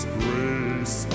grace